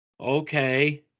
okay